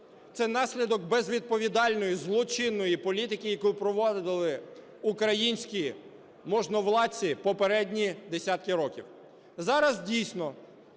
це наслідок безвідповідальної, злочинної політики, яку проводили українські можновладці попередні десятки років.